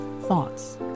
thoughts